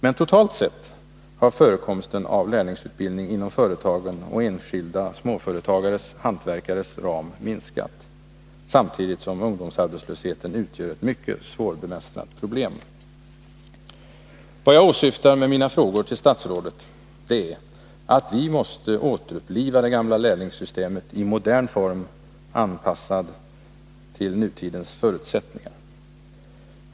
Men totalt sett har förekomsten av lärlingsutbildning inom företagen och enskilda småföretagares och hantverkares ram minskat, samtidigt som ungdomsarbetslösheten utgör ett mycket svårbemästrat problem. Vad jag åsyftar med mina frågor till statsrådet, det är att vi måste återuppliva det gamla lärlingssystemet i modern form, anpassat till nutidens förutsättningar.